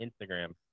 Instagram